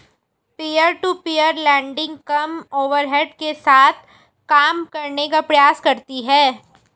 peer to peer lending कम overhead के साथ काम करने का प्रयास करती हैं